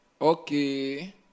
Okay